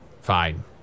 Fine